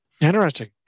Interesting